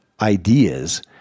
ideas